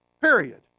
period